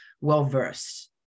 well-versed